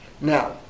Now